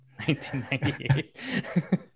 1998